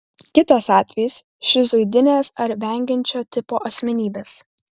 kitas atvejis šizoidinės ar vengiančio tipo asmenybės